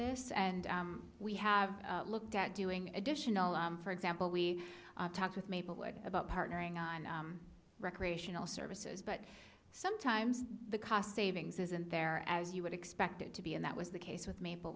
this and we have looked at doing additional for example we talked with maplewood about partnering on recreational services but sometimes the cost savings isn't there as you would expect it to be and that was the case with maple